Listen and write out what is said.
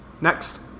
Next